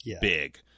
big